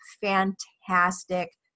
fantastic